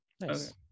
nice